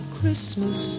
Christmas